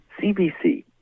CBC